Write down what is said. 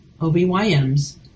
OBYM's